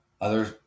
Others